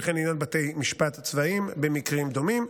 וכן לעניין בתי משפט צבאיים במקרים דומים.